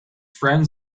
friends